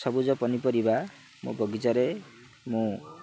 ସବୁଜ ପନିପରିବା ମୋ ବଗିଚାରେ ମୁଁ